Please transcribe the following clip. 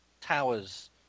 towers